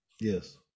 Yes